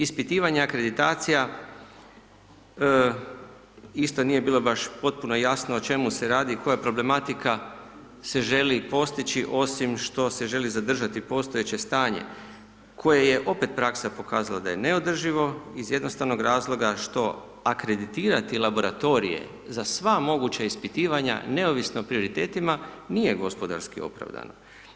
Ispitivanja akreditacija isto nije bilo baš potpuno jasno o čemu se radi koja problematika se želi postići osim što se želi zadržati postojeće stanje, koje je opet praksa pokazala da je neodrživo iz jednostavnog razloga što akreditirati laboratorije za sva moguća ispitivanja, neovisno o prioritetima, nije gospodarski opravdano.